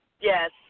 Yes